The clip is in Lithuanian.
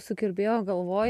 sukirbėjo galvoj